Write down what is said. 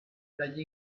dagli